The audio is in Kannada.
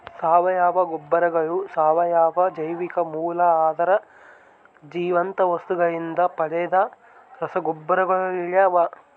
ಸಾವಯವ ಗೊಬ್ಬರಗಳು ಸಾವಯವ ಜೈವಿಕ ಮೂಲ ಅಂದರೆ ಜೀವಂತ ವಸ್ತುಗಳಿಂದ ಪಡೆದ ರಸಗೊಬ್ಬರಗಳಾಗ್ಯವ